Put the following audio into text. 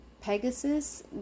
Pegasus